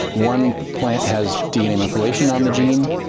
one plant has dna methylation on the gene,